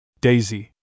Daisy